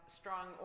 strong